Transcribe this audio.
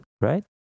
right